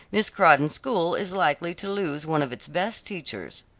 miss crawdon's school is likely to lose one of its best teachers.